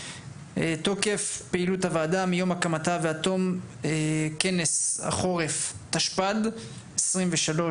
תוקף פעילות הוועדה מיום הקמתה ועד תום כנס החורף התשפ"ד - 2024-2023.